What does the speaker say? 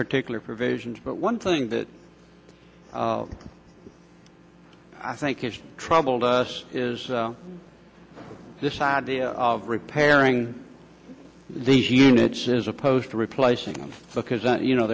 particular provisions but one thing that i think has troubled us is this idea of repairing these units as opposed to replacing because you know